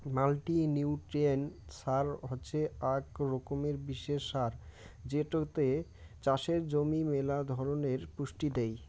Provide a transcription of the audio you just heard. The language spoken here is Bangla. মাল্টিনিউট্রিয়েন্ট সার হসে আক রকমের বিশেষ সার যেটোতে চাষের জমি মেলা ধরণের পুষ্টি দেই